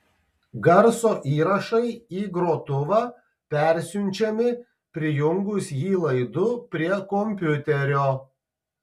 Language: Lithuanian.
garso įrašai į grotuvą persiunčiami prijungus jį laidu prie kompiuterio